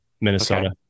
Minnesota